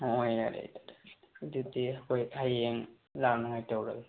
ꯍꯣꯏ ꯌꯥꯔꯦ ꯌꯥꯔꯦ ꯑꯗꯨꯗꯤ ꯍꯣꯏ ꯍꯌꯦꯡ ꯂꯥꯛꯅꯤꯡꯉꯥꯏ ꯇꯧꯔꯒꯦ